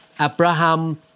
Abraham